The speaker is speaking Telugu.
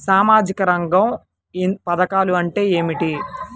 సామాజిక రంగ పధకాలు అంటే ఏమిటీ?